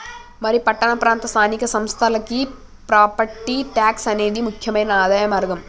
మరి పట్టణ ప్రాంత స్థానిక సంస్థలకి ప్రాపట్టి ట్యాక్స్ అనేది ముక్యమైన ఆదాయ మార్గం